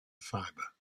fibre